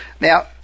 Now